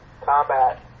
combat